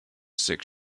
six